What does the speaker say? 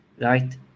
Right